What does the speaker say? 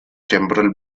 temporal